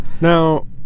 Now